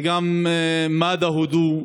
וגם מד"א הודו,